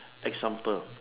example